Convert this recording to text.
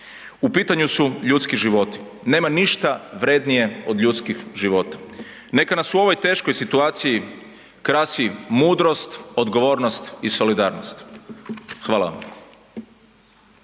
U pitanju su ljudski životi, nema ništa vrednije od ljudskih života. Neka nas u ovoj teškoj situaciji krasi mudrost, odgovornost i solidarnost. Hvala vam.